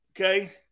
okay